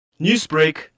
Newsbreak